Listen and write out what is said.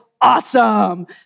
awesome